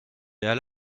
elle